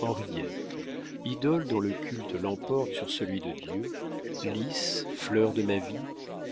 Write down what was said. henriette idole dont le culte l'emporte sur celui de dieu lys fleur de ma vie